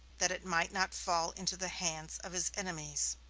that it might not fall into the hands of his enemies.